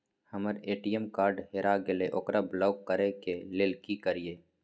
हमर ATM card हेरा गेल ओकरा लॉक करै के लेल की करियै?